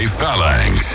Phalanx